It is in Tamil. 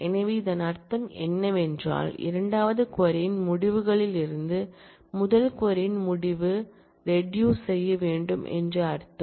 எனவே இதன் அர்த்தம் என்னவென்றால் இரண்டாவது க்வரி ன் முடிவுகளிலிருந்து முதல் க்வரி ன் முடிவு ரெட்டியூஸ் செய்ய வேண்டும் என்று அர்த்தம்